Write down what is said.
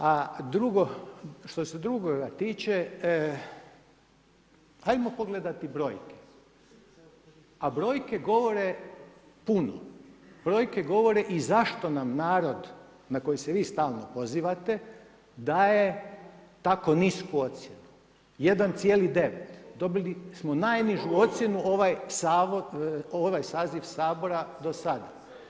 A što se drugoga tiče, ajmo pogledati brojke, a brojke govore puno, brojke govore i zašto nam narod na koji ste vi stalno pozivate daje tako nisu ocjenu, 1,9, dobili smo najnižu ocjenu ovaj saziv Sabora do sada.